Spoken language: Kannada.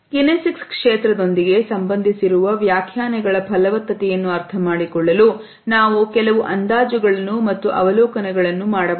ಕಿನೆಸಿಕ್ಸ್ ಕ್ಷೇತ್ರದೊಂದಿಗೆ ಸಂಬಂಧಿಸಿರುವ ವ್ಯಾಖ್ಯಾನಗಳ ಫಲವತ್ತತೆಯನ್ನು ಅರ್ಥಮಾಡಿಕೊಳ್ಳಲು ನಾವು ಕೆಲವು ಅಂದಾಜುಗಳನ್ನು ಮತ್ತು ಅವಲೋಕನಗಳನ್ನು ಮಾಡಬಹುದು